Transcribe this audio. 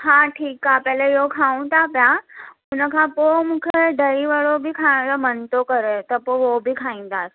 हा ठीकु आहे पहले इहो खाऊं था पिया उनखां पोइ मूंखे दही वड़ो बि खाइण जो मन थो करे त पोइ उहो बि खाइंदासि